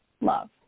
love